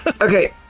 okay